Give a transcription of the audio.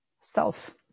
self